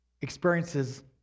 experiences